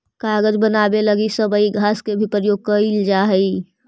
कागज बनावे लगी सबई घास के भी प्रयोग कईल जा हई